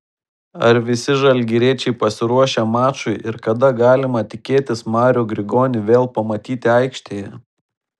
ar visi žalgiriečiai pasiruošę mačui ir kada galima tikėtis marių grigonį vėl pamatyti aikštėje